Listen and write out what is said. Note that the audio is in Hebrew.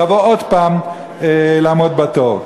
תבוא עוד הפעם לעמוד בתור.